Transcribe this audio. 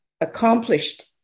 accomplished